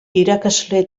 irakasle